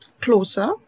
closer